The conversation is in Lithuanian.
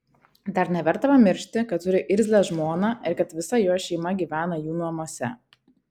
dar neverta pamiršti kad turi irzlią žmoną ir kad visa jos šeima gyvena jų namuose